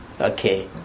Okay